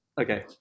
okay